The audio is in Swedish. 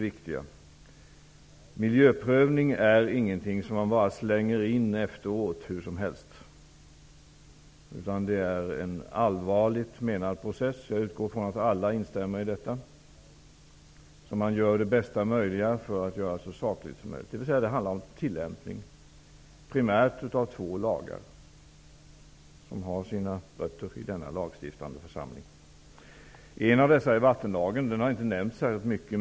Men miljöprövning är inte något som skall slängas in hur som helst i efterhand. Det är en allvarligt menad process. Jag utgår från att alla instämmer i detta. Bästa möjliga görs nu för att prövningen skall vara så saklig som möjligt. Det hela handlar primärt om tillämpningen av två lagar som har sina rötter i denna lagstiftande församling. En av dessa lagar är vattenlagen. Den har inte nämnts särskilt mycket.